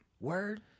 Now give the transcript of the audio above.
Word